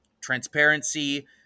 transparency